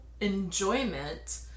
enjoyment